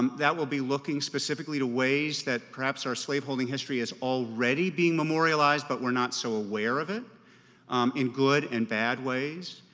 um that will be looking specifically to ways that perhaps our slave holding history is already being memorialized, but we're not so aware of it in good and bad ways.